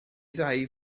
ddau